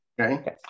Okay